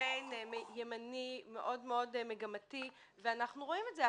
לקמפיין ימני מאוד מאוד מגמתי ואנחנו רואים את זה,